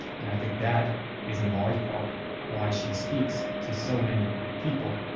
and i think that is in large part why she speaks to so many people,